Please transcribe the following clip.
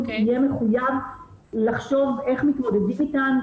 יהיה מחויב לחשוב איך מתמודדים איתן,